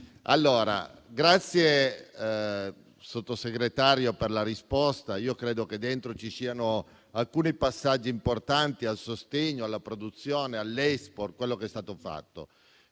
signor Sottosegretario, per la risposta. Io credo che dentro ci siano alcuni passaggi importanti, come il sostegno alla produzione e all'*export* e quello che è stato fatto.